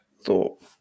thought